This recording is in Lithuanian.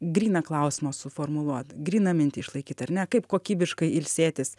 gryną klausimą suformuluot gryną mintį išlaikyti ar ne kaip kokybiškai ilsėtis